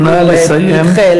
נא לסיים.